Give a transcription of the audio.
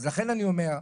לכן אני אומר,